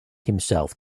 himself